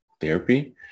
therapy